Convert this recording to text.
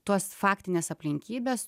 tuos faktines aplinkybes